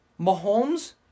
Mahomes